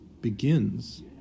begins